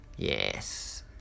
Yes